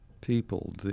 people